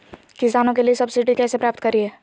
किसानों के लिए सब्सिडी कैसे प्राप्त करिये?